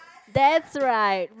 that's right